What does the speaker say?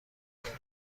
داریم